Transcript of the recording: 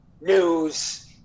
news